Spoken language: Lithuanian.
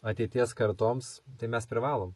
ateities kartoms tai mes privalom